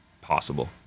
possible